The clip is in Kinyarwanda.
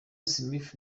smith